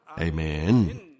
Amen